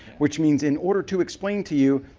which means in order to explain to you,